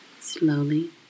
Slowly